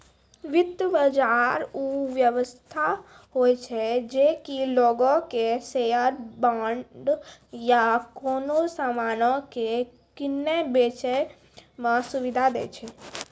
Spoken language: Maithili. वित्त बजार उ व्यवस्था होय छै जे कि लोगो के शेयर, बांड या कोनो समानो के किनै बेचै मे सुविधा दै छै